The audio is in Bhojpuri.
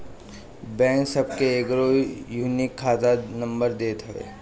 बैंक सबके एगो यूनिक खाता नंबर देत हवे